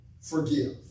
forgive